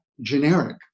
generic